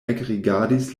ekrigardis